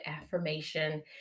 affirmation